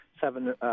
seven